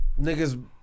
niggas